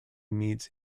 meets